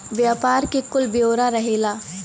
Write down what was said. व्यापार के कुल ब्योरा रहेला